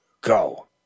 Go